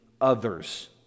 others